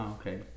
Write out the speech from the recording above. okay